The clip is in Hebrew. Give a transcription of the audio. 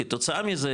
כתוצאה מזה,